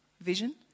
vision